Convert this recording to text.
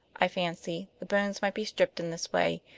i fancy, the bones might be stripped in this way,